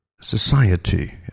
society